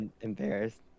embarrassed